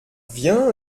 viens